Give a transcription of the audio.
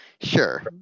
sure